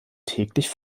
täglich